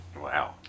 Wow